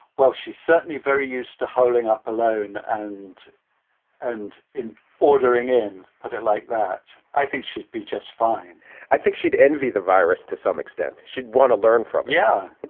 well, she's certainly very used to holding up alone and and in ordering in, put it like that. i think she'd be just fine i think she'd envy the virus to some extent. she'd want to learn from yeah,